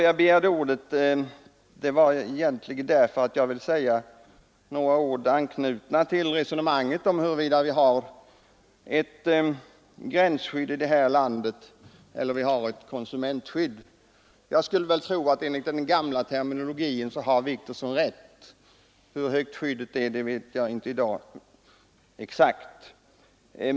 Jag begärde egentligen ordet för att anknyta till resonemanget om huruvida vi har ett gränsskydd för jordbruket eller ett konsumentskydd här i landet. Jag skulle väl tro att enligt den gamla terminologin om gränsskydd har herr Wictorsson rätt. Hur högt skyddet är i dag vet jag inte exakt.